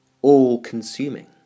All-consuming